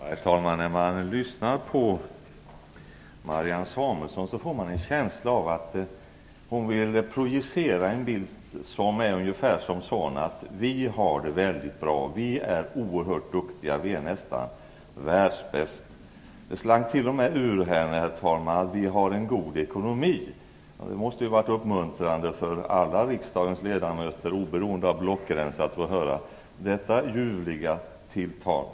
Herr talman! När man lyssnar på Marianne Samuelsson får man en känsla av att hon vill projicera en bild av att vi skulle ha det väldigt bra. Vi är oerhört duktiga. Vi är nästan världsbäst. Det slank t.o.m. ur henne att vi har en god ekonomi. Det måste ha varit uppmuntrande för alla riksdagens ledamöter, oberoende av block, att få höra detta ljuvliga tilltal.